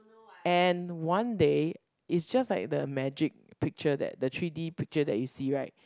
and one day is just like the magic picture that the three D picture that you see right